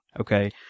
Okay